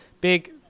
big